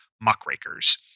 Muckrakers